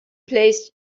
placed